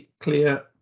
clear